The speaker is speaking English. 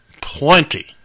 plenty